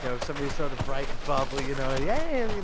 you know, somebody's sort of bright and bubbly, you know, yay! i mean